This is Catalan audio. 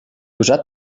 usat